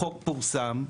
החוק פורסם,